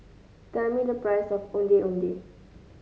tell me the price of Ondeh Ondeh